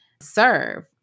serve